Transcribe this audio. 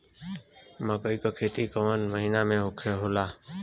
मकई क खेती कवने महीना में होला?